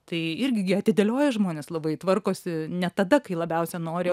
tai irgi gi atidėlioja žmonės labai tvarkosi ne tada kai labiausia nori